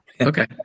okay